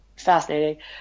fascinating